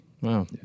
Wow